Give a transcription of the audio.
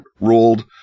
ruled